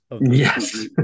Yes